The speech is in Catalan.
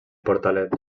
portalet